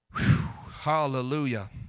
Hallelujah